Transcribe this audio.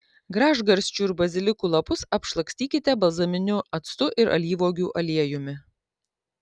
gražgarsčių ir bazilikų lapus apšlakstykite balzaminiu actu ir alyvuogių aliejumi